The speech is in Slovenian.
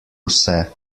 vse